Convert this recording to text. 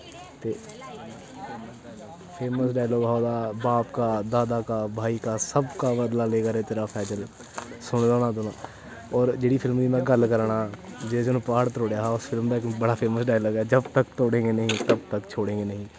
ते famous dialogue हा ओह्दा बाप का दादा का भाई का सब का सब का बदला लेगा रे तेरा फैज़ल सुनेआ होना तुसें औह् जेह्ड़ी फिल्में दी में गल्ल करा'रना जिस दिन प्हाड़ त्रोड़ेआ हा उस फिल्मैं च ते बड़ा फेमस डायलॉग ऐ जब तक तोड़े गे नहीं तब तक छोड़े गे नहीं